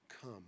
come